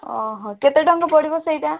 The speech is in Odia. ଅ ହୋ କେତେଟଙ୍କା ପଡ଼ିବ ସେଇଟା